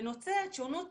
נוצרת שונות